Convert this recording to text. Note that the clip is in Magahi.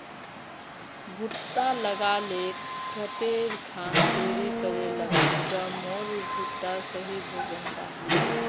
भुट्टा लगा ले कते खान दूरी करे लगाम ज मोर भुट्टा सही भोजन पाम?